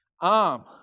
arm